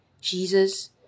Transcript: Jesus